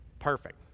Perfect